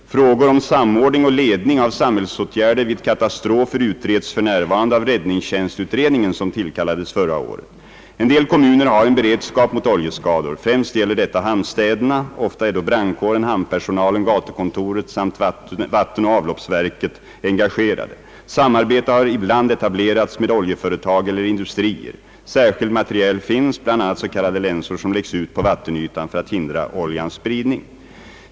Frågor om samordning och ledning av samhällsåtgärder vid katastrofer utreds f.n. av räddningstjänstutredningen som tillkallades förra året. En del kommuner har en beredskap mot oljeskador. Främst gäller detta hamnstäderna. Ofta är då brandkåren, hamnpersonalen, gatukontoret samt vattenoch avloppsverket engagerade. Samarbete har ibland etablerats med oljeföretag eller industrier. Särskild materiel finns, bl.a. s.k. länsor som läggs ut på vattenytan för att hindra oljans spridning.